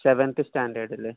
seventh സ്റ്റാൻഡേർഡിൽ